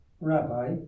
Rabbi